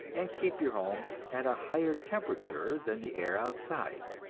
and keep your home at a higher temperature than the air outside.